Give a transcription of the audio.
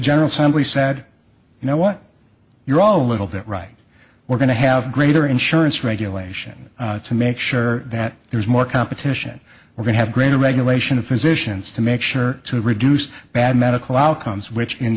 assembly said you know what you're a little bit right we're going to have greater insurance regulation to make sure that there's more competition we're going to have greater regulation of physicians to make sure to reduce bad medical outcomes which in